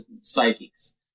psychics